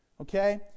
Okay